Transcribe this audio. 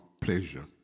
pleasure